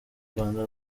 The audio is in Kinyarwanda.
rwanda